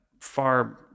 far